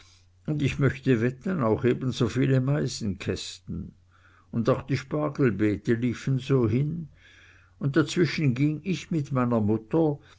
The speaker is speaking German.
und ich möchte wetten auch ebenso viele meisenkästen und auch die spargelbeete liefen so hin und dazwischen ging ich mit meiner mutter